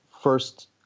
first